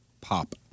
Pop